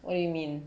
what do you mean